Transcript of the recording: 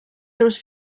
seus